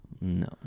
No